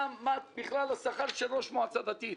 מה בכלל השכר של ראש מועצה דתית?